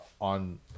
on –